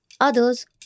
others